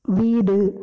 வீடு